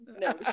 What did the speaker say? No